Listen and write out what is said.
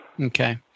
Okay